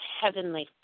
Heavenly